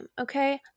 okay